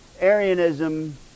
Arianism